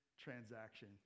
transaction